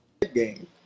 Game